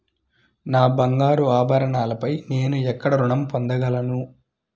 నా బంగారు ఆభరణాలపై నేను ఎక్కడ రుణం పొందగలను?